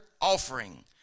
offering